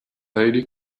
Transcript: lady